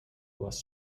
was